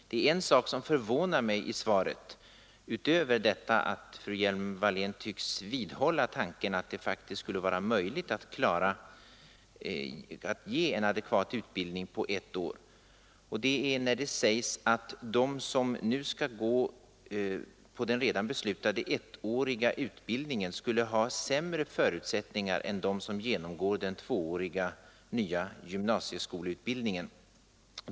Det är en sak i svaret som förvånar mig — utöver detta att fru Hjelm-Wallén tycks vidhålla tanken att det faktiskt skulle vara möjligt att ge en adekvat utbildning på ett år — och det är att de som nu skall genomgå den redan beslutade ettåriga utbildningen skulle ha sämre förutsättningar än de som genomgår den tvååriga gymnasieskoleutbildningen.